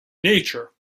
nature